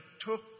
took